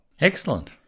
Excellent